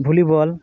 volleyball